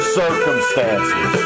circumstances